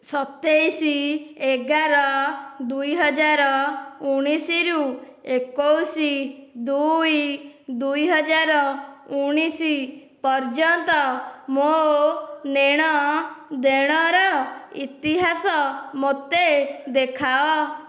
ସତେଇଶ ଏଗାର ଦୁଇହଜାର ଉଣେଇଶରୁ ଏକୋଇଶ ଦୁଇ ଦୁଇହଜାର ଉଣେଇଶ ପର୍ଯ୍ୟନ୍ତ ମୋ ନେଣ ଦେଣର ଇତିହାସ ମୋତେ ଦେଖାଅ